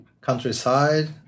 countryside